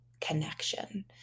connection